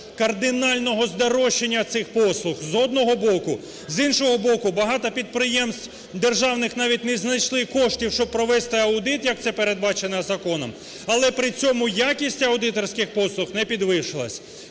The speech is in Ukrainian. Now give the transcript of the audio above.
кардинального здороження цих послуг, з одного боку. З іншого боку, багато підприємств державних навіть не знайшли коштів, щоб провести аудит, як це передбачено законом, але при цьому якість аудиторських послуг не підвищилася.